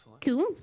cool